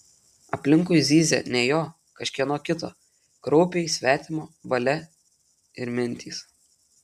aplinkui zyzė ne jo kažkieno kito kraupiai svetimo valia ir mintys